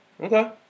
Okay